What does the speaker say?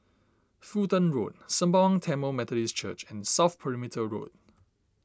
Fulton Road Sembawang Tamil Methodist Church and South Perimeter Road